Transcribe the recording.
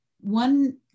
One